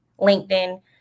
LinkedIn